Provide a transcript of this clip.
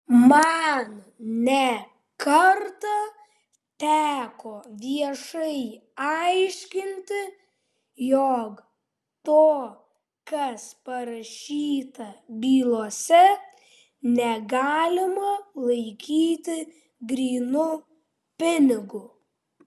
man ne kartą teko viešai aiškinti jog to kas parašyta bylose negalima laikyti grynu pinigu